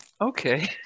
Okay